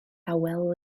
awel